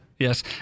Yes